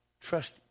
Trust